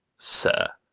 sir,